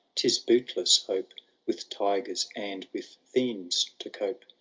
tis bootless hope with tigers and with fiends to cope